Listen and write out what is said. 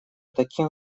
таким